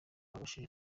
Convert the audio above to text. ababashije